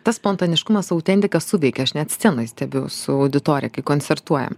tas spontaniškumas autentika suveikia aš net scenoj stebiu su auditorija kai koncertuojam